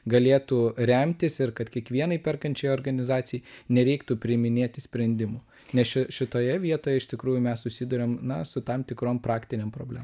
galėtų remtis ir kad kiekvienai perkančiai organizacijai nereiktų priiminėti sprendimų nes ši šitoje vietoje iš tikrųjų mes susiduriam na su tam tikrom praktinėm problemom